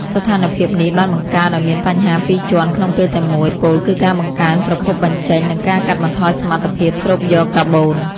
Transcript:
ស្ថានភាពនេះបានបង្កើតឱ្យមានបញ្ហាពីរជាន់ក្នុងពេលតែមួយ ពោលគឺការបង្កើនប្រភពបញ្ចេញ និងការកាត់បន្ថយសមត្ថភាពស្រូបយកកាបូន។